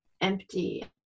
empty